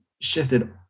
shifted